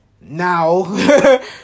Now